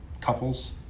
couples